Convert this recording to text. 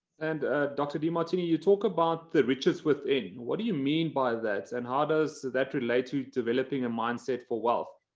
and dr. demartini you talk about the riches within, what do you mean by that? and how does that relate to developing a mindset for wealth?